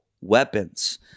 weapons